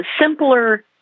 simpler